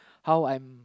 how I'm